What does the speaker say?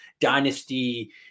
dynasty